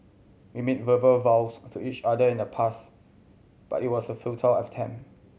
we made verbal vows to each other in the past but it was a futile attempt